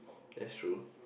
that's true